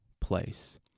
place